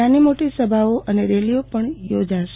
નાની મોટી સભાઓ અને રેલીઓ પણ યોજાશે